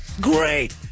Great